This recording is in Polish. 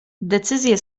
decyzję